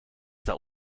that